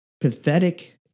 pathetic